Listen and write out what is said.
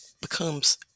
becomes